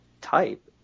type